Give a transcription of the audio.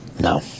No